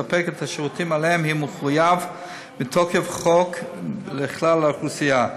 מספק את השירותים שאליהם הוא מחויב מתוקף חוק לכלל האוכלוסייה.